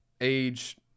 age